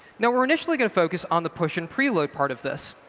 now we're initially going to focus on the push in preload part of this.